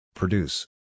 Produce